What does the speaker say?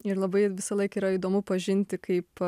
ir labai visąlaik yra įdomu pažinti kaip